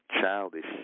childish